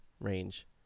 range